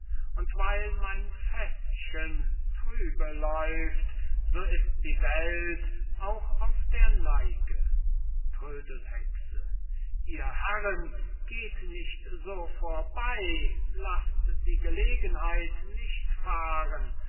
und weil mein fäßchen trübe läuft so ist die welt auch auf der neige trödelhexe ihr herren geht nicht so vorbey laßt die gelegenheit nicht fahren